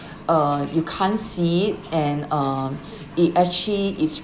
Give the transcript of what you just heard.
uh you can't see it and um it actually is